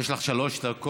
יש לך שלוש דקות.